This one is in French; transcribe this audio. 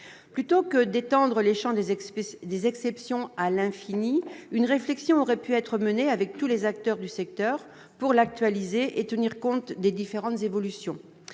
Plutôt que d'étendre le champ des exceptions à l'infini, une réflexion aurait pu être menée avec tous les acteurs du secteur pour actualiser ce texte et tenir compte de différentes évolutions.